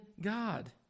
God